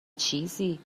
چیزی